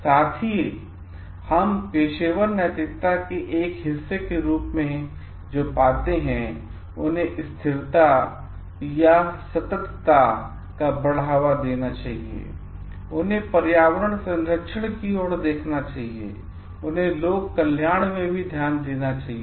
साथ ही हम पेशेवर नैतिकता के एक हिस्से के रूप में जो पाते हैं उन्हें स्थिरतासततता का बढ़ावा देना चाहिए उन्हें पर्यावरण संरक्षण की ओर देखना चाहिए और उन्हें लोक कल्याण में भी ध्यान होना चाहिए